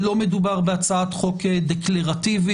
לא מדובר בהצעת חוק דקלרטיבית,